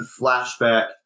flashback